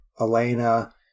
Elena